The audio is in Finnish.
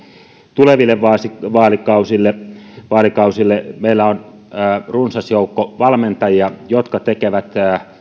tuleville vaalikausille vaalikausille meillä on runsas joukko valmentajia jotka tekevät